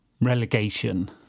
relegation